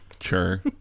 Sure